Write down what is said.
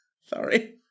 Sorry